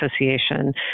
Association